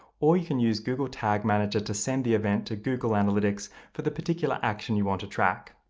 or you can use google tag manager to send the event to google analytics for the particular action you want to track.